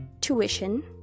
tuition